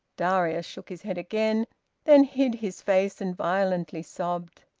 darius shook his head again then hid his face and violently sobbed.